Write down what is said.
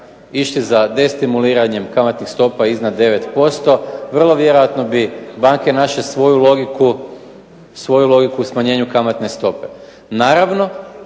išli za destimuliranjem kamatnih stopa iznad 9% vrlo vjerojatno bi banke naše svoju logiku o smanjenju kamatne stope. Naravno